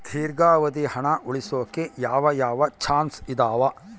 ದೇರ್ಘಾವಧಿ ಹಣ ಉಳಿಸೋಕೆ ಯಾವ ಯಾವ ಚಾಯ್ಸ್ ಇದಾವ?